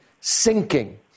sinking